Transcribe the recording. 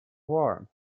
warm